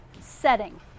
Setting